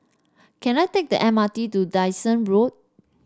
can I take the M R T to Dyson Road